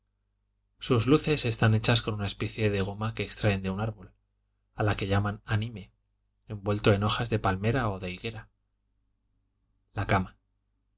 sus luces están hechas con una especie de goma que extraen de un árbol a la que llaman anime envuelta en hojas de palmera o de higuera la cama